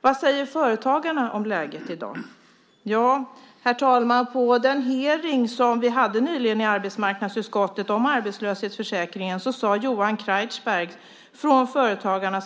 Vad säger Företagarna om läget i dag? Herr talman! På den hearing som vi hade nyligen i arbetsmarknadsutskottet om arbetslöshetsförsäkringen sade Johan Kreicbergs från Företagarna: